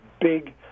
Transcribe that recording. big